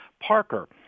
Parker